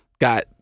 got